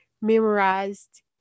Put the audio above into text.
memorized